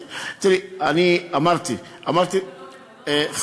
אני אמרתי, אתה רוצה ללכת ממלון למלון.